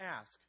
ask